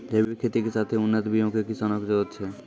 जैविक खेती के साथे उन्नत बीयो के किसानो के जरुरत छै